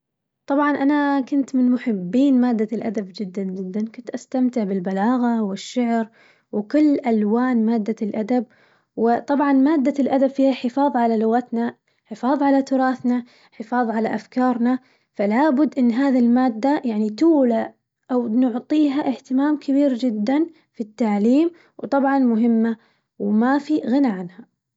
طبعا أنا كنت من محبين مادة الأدب جداً جداً كنت أستمتع بالبلاغة والشعر، وكل ألوان مادة الأدب وطبعاً مادة الأدب فيها حفاظ على لغتنا حفاظ على تراثنا، حفاظ على أفكارنا فلابد إنه هذي المادة يعني تولى أو نعطيها اهتمام كبير جداً في التعليم وطبعاً مهمة وما في غنى عنها.